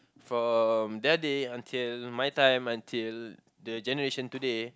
from that day until my time until the generation today